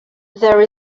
there